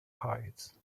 hides